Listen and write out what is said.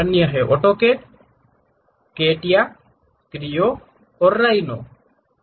अन्य AutoCAD CATIA Creo और Rhino हैं